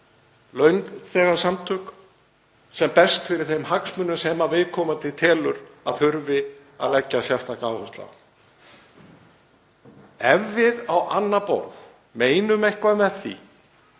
launþegasamtök sem berjast fyrir þeim hagsmunum sem viðkomandi telur að þurfi að leggja sérstaka áherslu á. Ef við á annað borð meinum eitthvað með því